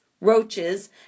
roaches